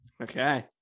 Okay